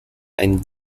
and